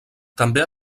també